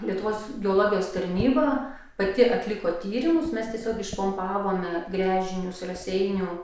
lietuvos geologijos tarnyba pati atliko tyrimus mes tiesiog išpompavome gręžinius raseinių